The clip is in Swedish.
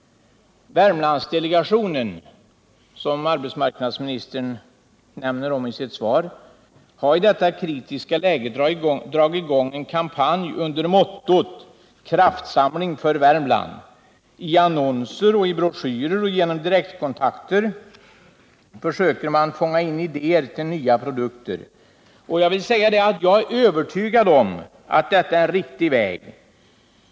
Värmlandsdelegationen, som arbetsmarknadsministern nämner i sitt svar, har i detta kritiska läge dragit i gång en kampanj under mottot ”kraftsamling i Värmland”. I annonser, i broschyrer och genom direkta kontakter försöker man fånga in idéer till nya produkter. Jag är övertygad om att detta är en riktig väg.